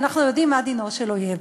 ואנחנו יודעים מה דינו של אויב.